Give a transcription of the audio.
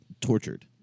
tortured